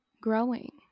growing